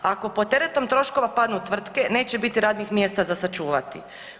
Ako pod teretom troškova padnu tvrtke neće biti radnih mjesta za sačuvati.